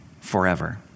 forever